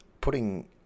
putting